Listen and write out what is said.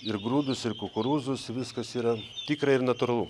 ir grūdus ir kukurūzus viskas yra tikra ir natūralu